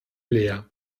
leer